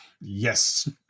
yes